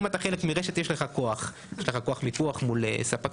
אם אתה חלק מרשת יש לך כוח: יש לך כוח מיקוח מול ספקים,